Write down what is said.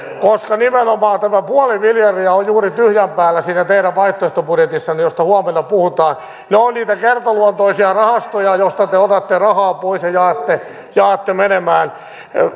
koska nimenomaan tämä puoli miljardia on juuri tyhjän päällä siinä teidän vaihtoehtobudjetissanne josta huomenna puhutaan ne ovat niitä kertaluontoisia rahastoja joista te te otatte rahaa pois ja jaatte menemään